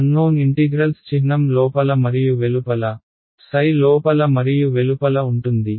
unknown integrals చిహ్నం లోపల మరియు వెలుపల లోపల మరియు వెలుపల ఉంటుంది